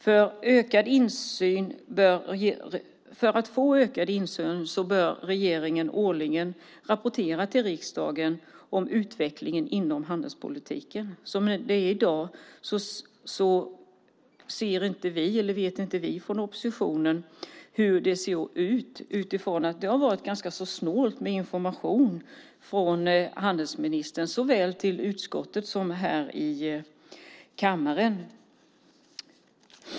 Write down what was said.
För att vi ska få ökad insyn bör regeringen årligen rapportera till riksdagen om utvecklingen inom handelspolitiken. Som det är i dag vet inte vi i oppositionen hur det ser ut utifrån att det har varit ganska snålt med information från handelsministern såväl till utskottet som här i kammaren.